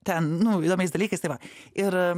ten nu įdomiais dalykais tai va ir